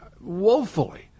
woefully